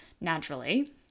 naturally